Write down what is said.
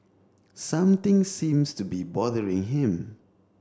something seems to be bothering him